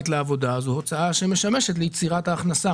לעבודה זה הוצאה שמשמשת ליצירת ההכנסה.